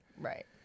right